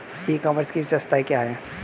ई commerce की विशेषताएं क्या हैं?